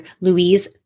Louise